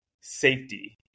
safety